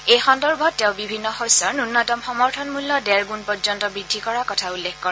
এই সন্দৰ্ভত তেওঁ বিভিন্ন শস্যৰ ন্যনতম সমৰ্থন মূল্য ডেৰ গুণ পৰ্যন্ত বৃদ্ধি কৰাৰ কথা উল্লেখ কৰে